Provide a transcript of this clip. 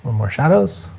more shadows,